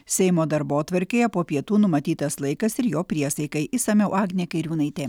seimo darbotvarkėje po pietų numatytas laikas ir jo priesaikai išsamiau agnė kairiūnaitė